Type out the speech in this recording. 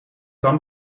kan